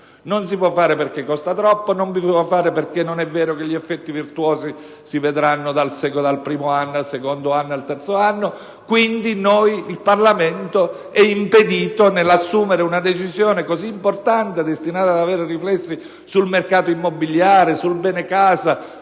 non si può fare, perché costa troppo, perché non è vero che gli effetti virtuosi si vedranno dal primo o dal secondo anno, forse dal terzo. Il Parlamento è pertanto impedito dall'assumere una decisione così importante, destinata ad avere riflessi sul mercato immobiliare, sul bene casa,